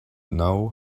know